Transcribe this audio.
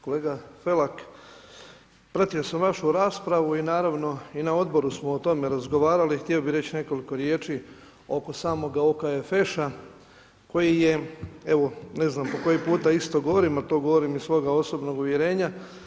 Kolega Felak, pratio sam vašu raspravu i naravno i na odboru smo o tome razgovarali, htio bi reći nekoliko riječi oko samoga OKFEŠA, koji je, evo ne znam, po koji puta isto govorim ali to govorim iz svoga osobnog uvjerenja.